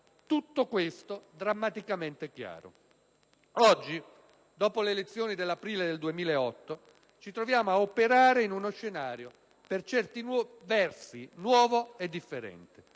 tutto questo drammaticamente chiaro. Oggi, dopo le elezioni dell'aprile 2008, ci troviamo a operare in uno scenario per certi versi nuovo e differente.